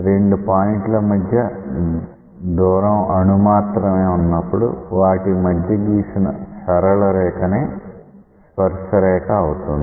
రెండు పాయింట్ల మధ్య దూరం అణుమాత్రమే వున్నప్పుడు వాటి మధ్య గీసిన సరళ రేఖ నే స్పర్శరేఖ అవుతుంది